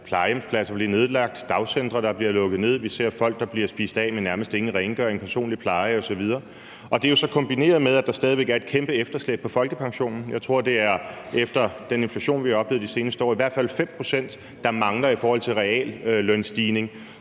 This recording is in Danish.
plejehjemspladser blive nedlagt og dagcentre, der bliver lukket ned. Vi ser folk, der bliver spist af med nærmest ingen rengøring, personlig pleje osv. Og det er jo så kombineret med, at der stadig er et kæmpestort efterslæb på folkepensionen. Jeg tror, at det er efter den inflation, vi har oplevet de seneste år; det er i hvert fald 5 pct., der mangler i forhold til en reallønsstigning,